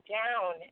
down